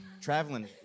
Traveling